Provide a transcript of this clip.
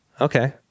okay